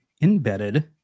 embedded